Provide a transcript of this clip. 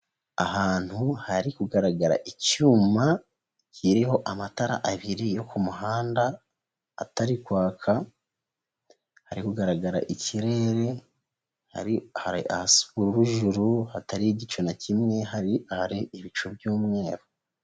Ahantu hari kugaragara icyuma, kiriho amatara abiri yo ku muhanda, atari kwaka, hari kugaragara ikirere, hari ahasa ubururu juru hatari igicu na kimwe, hari ahari ibicu by'umweru.